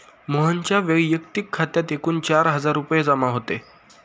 मोहनच्या वैयक्तिक खात्यात एकूण चार हजार रुपये जमा होते